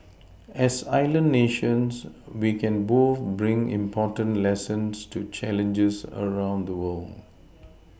as island nations we can both bring important lessons to challenges around the world